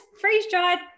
freeze-dried